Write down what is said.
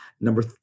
Number